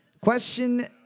Question